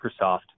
Microsoft